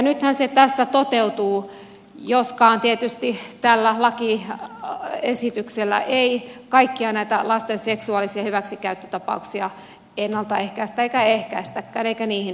nythän se tässä toteutuu joskaan tietysti tällä lakiesityksellä ei kaikkia näitä lasten seksuaalisia hyväksikäyttötapauksia ennalta ehkäistä eikä ehkäistäkään eikä niihin puututa